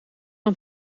dan